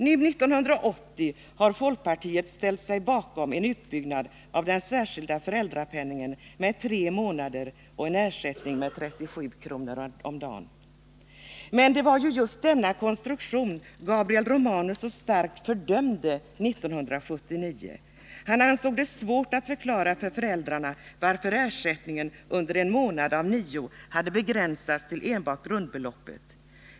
Nu, 1980, har folkpartiet ställt sig bakom en utbyggnad av den särskilda föräldrapenningen med tre månader och en ersättning av 37 kr. om dagen. Men det var ju just denna konstruktion som Gabriel Romanus så starkt fördömde 1979! Han ansåg det svårt att förklara för föräldrarna varför ersättningen under en månad av nio hade begränsats till enbart grundbeloppet.